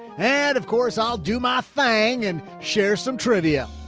and of course, i'll do my thing and share some trivia.